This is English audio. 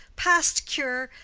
past cure,